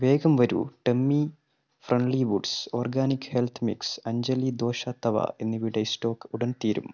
വേഗം വരൂ tummy friendly woods organic health mix Anjali dosa tawa എന്നിവയുടെ സ്റ്റോക്ക് ഉടൻ തീരും